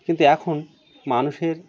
কিন্তু এখন মানুষের